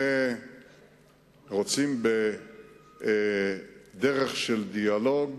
ורוצים בדרך של דיאלוג